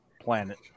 planet